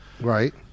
Right